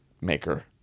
maker